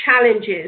challenges